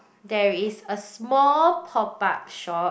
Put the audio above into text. there is a small pop up shop